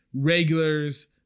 regulars